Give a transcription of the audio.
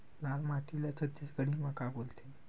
लाल माटी ला छत्तीसगढ़ी मा का बोलथे?